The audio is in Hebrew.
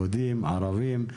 יהודים וערבים,